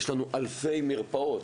יש לנו אלפי מרפאות.